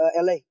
LA